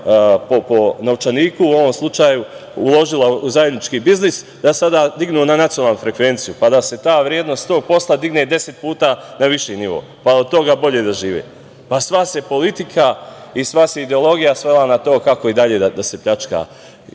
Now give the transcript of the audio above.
po novčaniku, u ovom slučaju, uložila u zajednički biznis, da sada dignu na nacionalnu frekvenciju, pa da se ta vrednost tog posla digne deset puta na viši nivo i da od toga bolje žive. Sva se politika i sva se ideologija svela na to kako i dalje da se pljačkaju